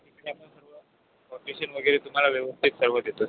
quotation वगैरे तुम्हाला व्यवस्थित सर्व देतो